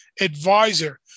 advisor